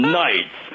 Knights